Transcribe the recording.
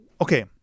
okay